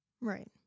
right